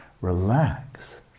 relax